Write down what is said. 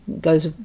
goes